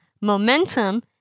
momentum